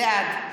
בעד